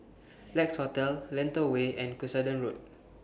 Lex Hotel Lentor Way and Cuscaden Road